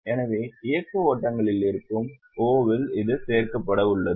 எனவே இயக்க ஓட்டங்களில் இருக்கும் O இல் இது சேர்க்கப்பட உள்ளது